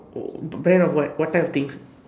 oh bang of what what type of things